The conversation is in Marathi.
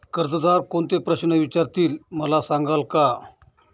कर्जदार कोणते प्रश्न विचारतील, मला सांगाल का?